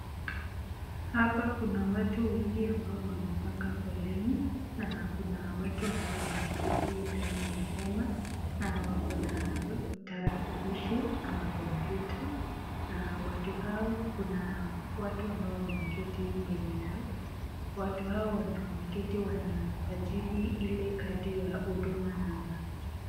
Hapa kuna watu wengi ambao wamepanga foleni na kuna watu ambao wameketi ndani ya hema na wako na tarakilishi ama kompyuta na watu hao kuna watu ambao wameketi mbele yao, watu hao wenye wameketi wanasajili ile kadi ya Huduma number .